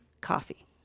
coffee